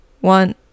one